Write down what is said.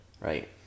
right